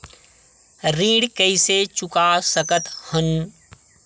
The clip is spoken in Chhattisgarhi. ऋण कइसे चुका सकत हन?